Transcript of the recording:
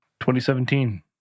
2017